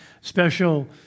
special